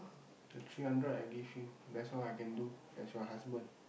the three hundred I give you that's all I can do as your husband